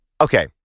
Okay